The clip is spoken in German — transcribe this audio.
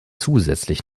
zusätzlich